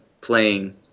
playing